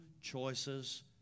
choices